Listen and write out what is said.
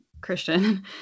Christian